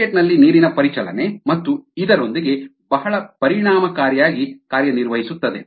ಜಾಕೆಟ್ನಲ್ಲಿ ನೀರಿನ ಪರಿಚಲನೆ ಮತ್ತೆ ಇದರೊಂದಿಗೆ ಬಹಳ ಪರಿಣಾಮಕಾರಿಯಾಗಿ ಕಾರ್ಯನಿರ್ವಹಿಸುತ್ತದೆ